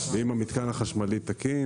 ואם המתקן החשמלי הביתי תקין,